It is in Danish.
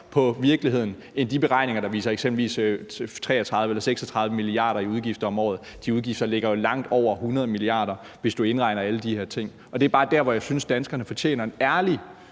på virkeligheden end de beregninger, der eksempelvis viser 33 eller 36 mia. kr. i udgifter om året. De udgifter ligger langt over 100 mia. kr., hvis man indregner alle de her ting. Og det er bare der, hvor jeg synes danskerne fortjener en ærligere